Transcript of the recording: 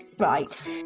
Right